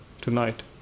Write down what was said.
tonight